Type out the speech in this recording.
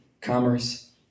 commerce